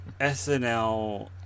SNL